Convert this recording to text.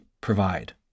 provide